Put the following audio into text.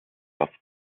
off